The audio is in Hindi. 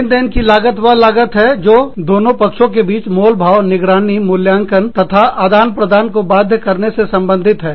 लेन देन की लागत वह लागत है जो दोनों पक्षों के बीच मोलभाव निगरानी मूल्यांकन तथा आदान प्रदान को बात करने से संबंधित है